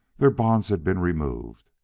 their bonds had been removed,